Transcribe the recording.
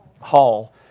Hall